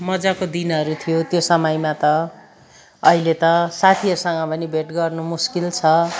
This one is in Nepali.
मज्जाको दिनहरू थियो त्यो समयमा त अहिले त साथीहरूसँग पनि भेट गर्नु मुस्किल छ